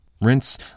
Rinse